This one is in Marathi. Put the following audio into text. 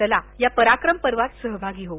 चला या पराक्रम पर्वात सहभागी होऊ